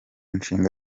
nshinga